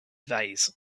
vase